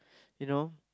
you know